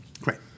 great